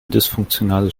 dysfunktionales